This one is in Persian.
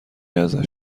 ازش